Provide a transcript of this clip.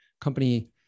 company